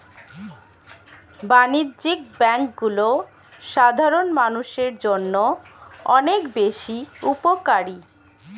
বাণিজ্যিক ব্যাংকগুলো সাধারণ মানুষের জন্য অনেক বেশি উপকারী